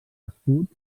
escuts